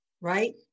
right